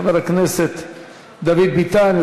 חבר הכנסת דוד ביטן,